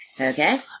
Okay